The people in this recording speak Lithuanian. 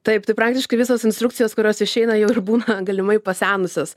taip tai praktiškai visos instrukcijos kurios išeina jau ir būna galimai pasenusios